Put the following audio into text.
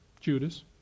Judas